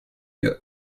your